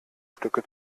stücke